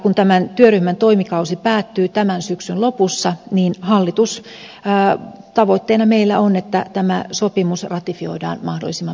kun tämän työryhmän toimikausi päättyy tämän syksyn lopussa niin hallituksella tavoitteena on että tämä sopimus ratifioidaan mahdollisimman pikaisesti